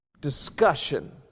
discussion